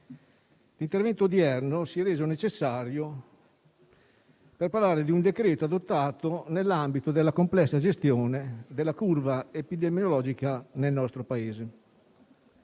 l'intervento odierno si è reso necessario per parlare di un decreto adottato nell'ambito della complessa gestione della curva epidemiologica nel nostro Paese.